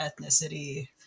ethnicity